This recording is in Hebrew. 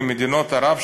ממדינות ערב,